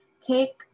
Take